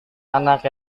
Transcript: anak